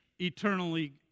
eternally